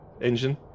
engine